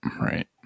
Right